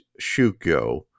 shukyo